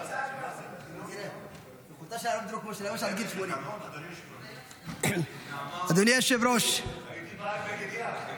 שהוא לבש עד גיל 80. הייתי בא עם בגד ים.